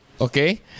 okay